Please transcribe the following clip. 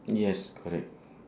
yes correct